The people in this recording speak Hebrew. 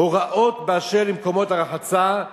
הוראות באשר למקומות הרחצה,